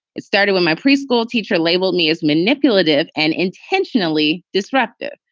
it started when my preschool teacher labeled me as manipulative and intentionally disruptive.